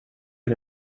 can